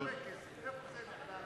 יש הרבה כסף, איפה זה נעלם?